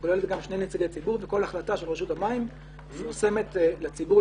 וכוללת גם שני נציגי ציבור וכל החלטה של רשות המים מפורסמת לציבור,